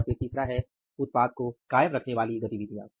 और फिर तीसरा है उत्पाद को कायम रखने वाली गतिविधियाँ